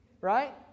Right